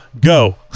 Go